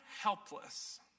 helpless